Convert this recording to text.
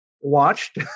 watched